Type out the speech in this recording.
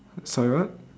sorry what